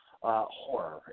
Horror